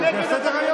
היא על סדר-היום.